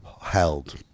held